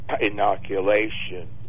inoculation